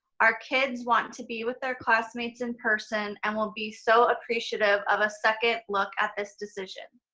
our kids want to be with their classmates in person and will be so appreciative of a second look at this decision.